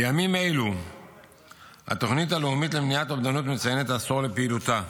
בימים אלו התוכנית הלאומית למניעת אובדנות מציינת עשור לפעילותה,